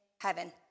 heaven